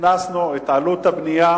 הכנסנו את עלות הבנייה,